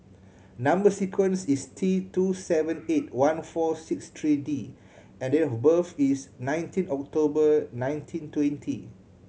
number sequence is T two seven eight one four six three D and date of birth is nineteen October nineteen twenty